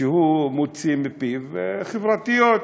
שהוא מוציא מפיו, חברתיות,